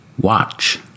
watch